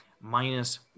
minus